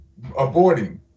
aborting